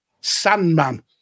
Sandman